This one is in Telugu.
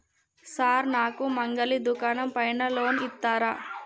సార్ నాకు మంగలి దుకాణం పైన లోన్ ఇత్తరా?